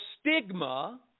stigma